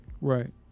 Right